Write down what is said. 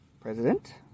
president